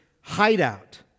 hideout